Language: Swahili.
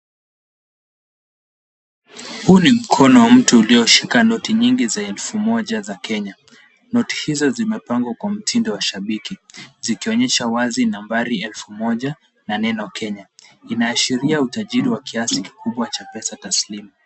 Huu ni mkono wa mtu ulioshika noti nyingi za elfu moja za Kenya. Noti hizo zimepangwa kwa mtindo wa shabiki, zikionyesha wazi nambari elfu moja na neno Kenya. Inaashiria utajiri wa kiasi kikubwa cha pesa taslimu.